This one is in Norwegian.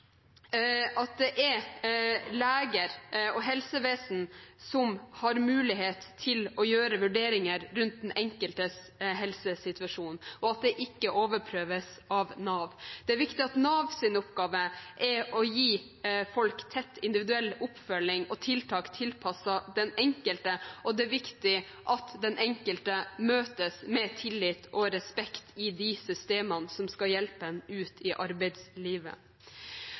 at det er leger og helsevesen som har mulighet til å gjøre vurderinger rundt den enkeltes helsesituasjon, og at det ikke overprøves av Nav. Det er viktig at Navs oppgave er å gi folk tett individuell oppfølging og tiltak tilpasset den enkelte. Og det er viktig at den enkelte møtes med tillit og respekt i de systemene som skal hjelpe en ut i arbeidslivet.